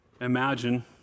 imagine